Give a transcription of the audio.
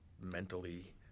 mentally